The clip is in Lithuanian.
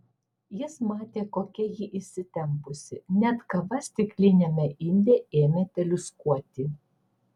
jis matė kokia ji įsitempusi net kava stikliniame inde ėmė teliūskuoti